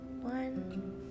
one